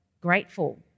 grateful